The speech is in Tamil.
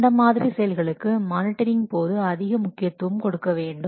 அந்தமாதிரி செயல்களுக்கு மானிட்டரிங்ன் போது அதிக முக்கியத்துவம் கொடுக்க வேண்டும்